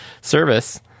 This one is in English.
service